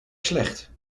slecht